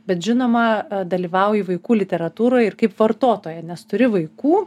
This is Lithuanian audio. bet žinoma dalyvauji vaikų literatūroje ir kaip vartotoja nes turi vaikų